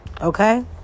Okay